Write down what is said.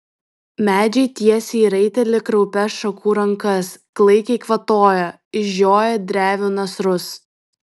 medžiai tiesė į raitelį kraupias šakų rankas klaikiai kvatojo išžioję drevių nasrus